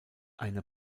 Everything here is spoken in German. eine